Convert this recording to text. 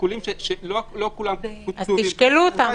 שיקולים שלא כולם כתובים פה.